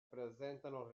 presentano